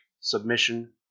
submission